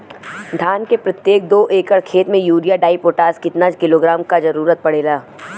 धान के प्रत्येक दो एकड़ खेत मे यूरिया डाईपोटाष कितना किलोग्राम क जरूरत पड़ेला?